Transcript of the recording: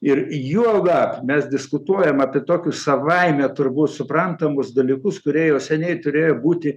ir juo gat mes diskutuojam apie tokius savaime turbūt suprantamus dalykus kurie jau seniai turėjo būti